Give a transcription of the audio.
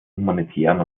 humanitären